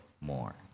more